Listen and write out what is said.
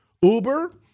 Uber